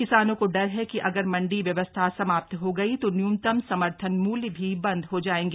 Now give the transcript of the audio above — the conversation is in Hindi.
किसानों को डर है कि अगर मंडी व्यवस्था समाप्त हो गई तो न्यूनतम समर्थन मूल्य भी बंद हो जाएगा